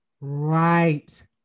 right